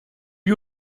lui